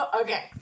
Okay